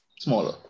smaller